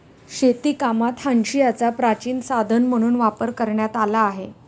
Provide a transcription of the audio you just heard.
शेतीकामात हांशियाचा प्राचीन साधन म्हणून वापर करण्यात आला आहे